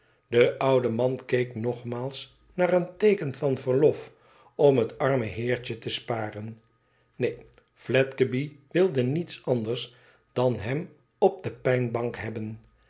de oude man keek nogmaals naar een teeken van verlof om het arme heertje te sparen neen fledgeby wilde niets anders dan hem op de pijnbank hebben